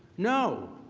no,